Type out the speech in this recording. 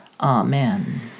Amen